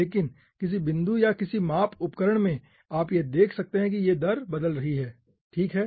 लेकिन किसी बिंदु या किसी माप उपकरण में आप यह देख सकते हैं कि यह दर बदल रही है ठीक है